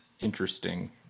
interesting